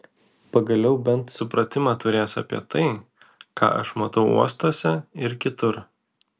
pagaliau bent supratimą turės apie tai ką aš matau uostuose ir kitur